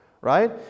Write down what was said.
right